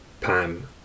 PAM